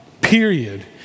period